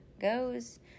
goes